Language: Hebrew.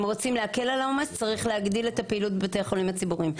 אם רוצים להקל על העומס צריך להגדיל את הפעילות בבתי החולים הציבוריים.